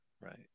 Right